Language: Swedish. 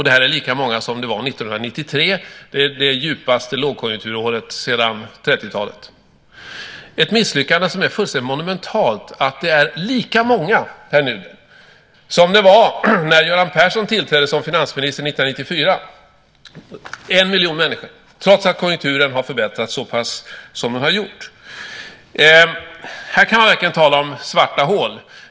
Det är lika många som 1993, det djupaste lågkonjunkturåret sedan 30-talet. Det är ett misslyckande som är fullständigt monumentalt, Pär Nuder, att det är lika många nu - en miljon människor - som det var när Göran Persson tillträdde som finansminister 1994, trots att konjunkturen har förbättrats så pass mycket. Här kan man verkligen tala om svarta hål.